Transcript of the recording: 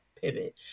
pivot